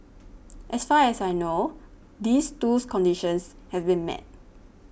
as far as I know these two conditions have been met